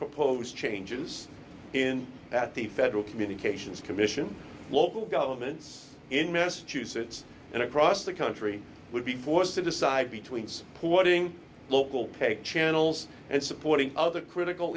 proposed changes in that the federal communications commission local governments in massachusetts and across the country will be forced to decide between supporting local paper channels and supporting other critical